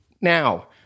now